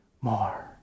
More